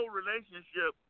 relationship